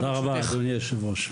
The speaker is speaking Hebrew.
תודה רבה, אדוני היושב ראש.